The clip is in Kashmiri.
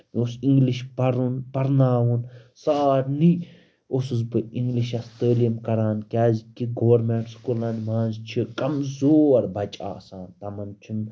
مےٚ اوس اِنٛگلِش پَرُن پَرناوُن سارنٕے اوسُس بہٕ اِنٛگلِشس تٲلیٖم کران کیٛازِکہِ گورمٮ۪نٛٹ سکوٗلَن منٛز چھِ کَمزور بَچہِ آسان تِمَن چھُنہٕ